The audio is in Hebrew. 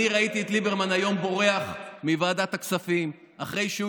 אני ראיתי היום את ליברמן בורח מוועדת הכספים אחרי שהוא